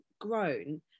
grown